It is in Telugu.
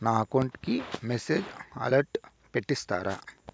నా అకౌంట్ కి మెసేజ్ అలర్ట్ పెట్టిస్తారా